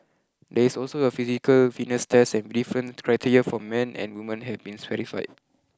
there is also a physical fitness test and different criteria for men and women have been specified